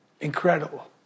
Incredible